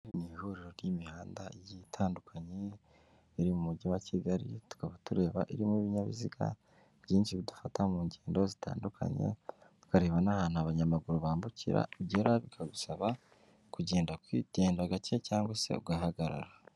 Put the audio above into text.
Ihuriro ry'imihanda itandukanye iriri mu mujyi wa Kigali tukaba tureba irimo ibinyabiziga byinshi bidafata mu ngendo zitandukanye tu ukareba n'ahantu abanyamaguru bambukira ugera bikagusaba kugenda kwigenda gake cyangwa se ugahagarara.